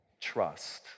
trust